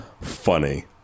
funny